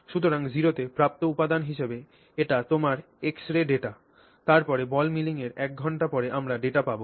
সুতরাং 0 তে প্রাপ্ত উপাদান হিসাবে এটি তোমার এক্স রে ডেটা তারপরে বল মিলিংয়ের 1 ঘন্টা পরে আমরা ডেটা পাব